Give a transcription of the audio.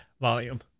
volume